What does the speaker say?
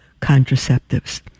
contraceptives